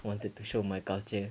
wanted to show my culture